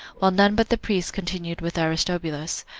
while none but the priests continued with aristobulus.